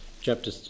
chapter